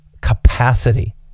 capacity